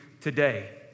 today